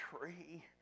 tree